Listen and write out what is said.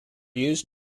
used